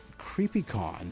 CreepyCon